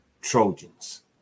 Trojans